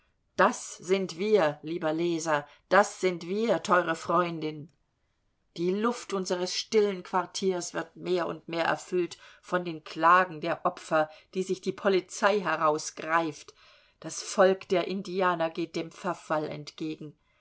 das sind wir lieber leser das sind wir teure freundin die luft unseres stillen quartiers wird mehr und mehr erfüllt von den klagen der opfer die sich die polizei herausgreift das volk der indianer geht dem verfall entgegen